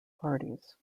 parties